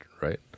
right